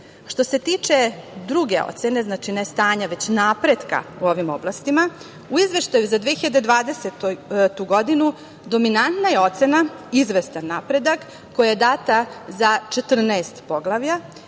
se tiče druge ocene, znači ne stanja već napretka u ovim oblastima, u izveštaju za 2020. godinu dominanta je ocena i izvestan napredak koja je data za 14 poglavlja.